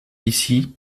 ici